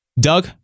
Doug